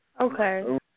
Okay